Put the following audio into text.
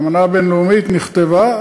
האמנה הבין-לאומית נכתבה.